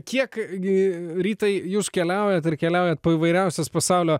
kiek gi rytai jūs keliaujat ir keliaujat po įvairiausias pasaulio